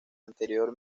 anterior